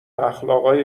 اخلاقای